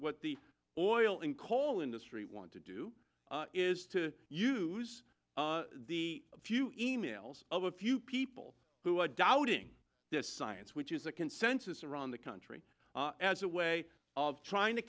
what the oil and coal industry want to do is to use the few emails of a few people who are doubting this science which is a consensus around the country as a way of trying to